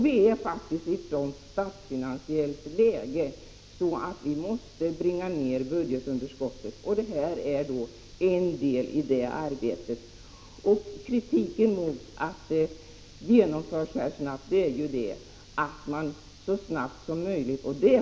Vi är faktiskt i ett sådant statsfinansiellt läge att vi måste bringa ned budgetunderskottet, och det här är en del i det arbetet. Det framförs kritik mot att vi föreslår ett snabbt genomförande.